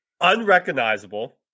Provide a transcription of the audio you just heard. Unrecognizable